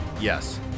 Yes